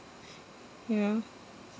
you know